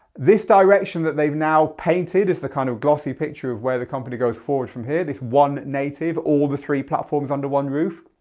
this direction that they've now painted is the kind of glossy picture of where the company goes forward from here. this one native, all the three platforms under one roof.